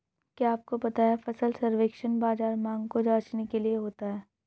क्या आपको पता है फसल सर्वेक्षण बाज़ार मांग को जांचने के लिए होता है?